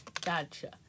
Gotcha